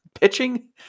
pitching